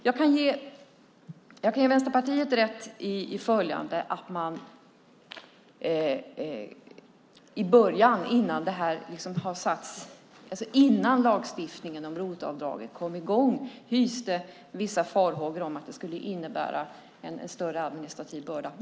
Jag kan ge Vänsterpartiet rätt i att man i början innan lagstiftningen om ROT-avdraget kom i gång hyste vissa farhågor om att det skulle innebära en större administrativ börda.